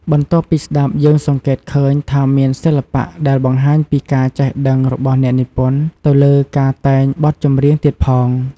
បន្ទាប់ពីស្តាប់យើងសង្កេតឃើញថាមានសិល្បៈដែលបង្ហាញពីការចេះដឹងរបស់អ្នកនិពន្ធទៅលើការតែងបទចម្រៀងទៀតផង។